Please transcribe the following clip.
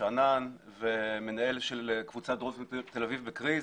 שאנן ומנהל של קבוצת דרום תל אביב בקריז,